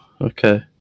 okay